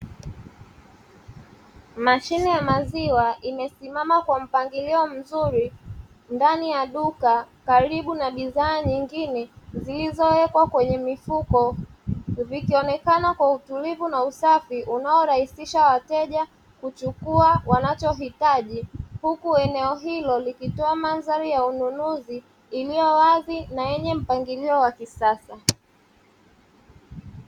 Mashine ya maziwa imesimama kwa mpangilio mzuri; ndani ya duka karibu na bidhaa nyingine zilizowekwa kwenye mifuko; zikionekana kwa utulivu na usafi unaorahisisha wateja kuchukua wanachohitaji, huku eneo hilo likitoa mandhari ya ununuzi iliyo wazi na yenye mpangilio wa kisasa.